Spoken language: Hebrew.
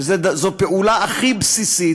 זו הפעולה הכי בסיסית,